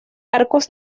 arcos